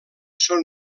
són